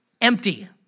empty